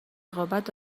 رقابت